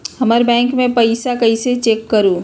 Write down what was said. हमर बैंक में पईसा कईसे चेक करु?